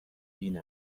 این